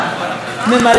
כולם מרוצים,